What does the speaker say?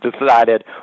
decided